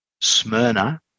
Smyrna